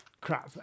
crap